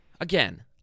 Again